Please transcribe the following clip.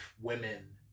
women